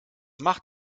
macht